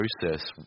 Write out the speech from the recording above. process